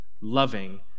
loving